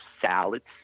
salads